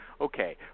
Okay